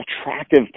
attractive